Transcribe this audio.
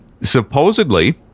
Supposedly